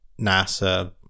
nasa